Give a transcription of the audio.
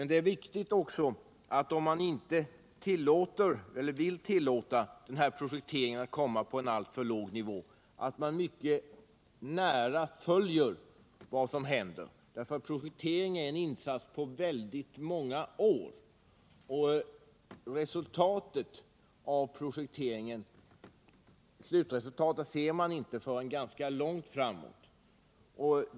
Det är också viktigt — om man inte vill tillåta prospekteringen att ligga på en alltför låg nivå — att mycket nära följa vad som händer. Prospektering innebär ju insatser under väldigt många år. Slutresultatet ser man inte förrän efter ganska lång tid.